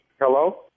Hello